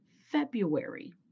February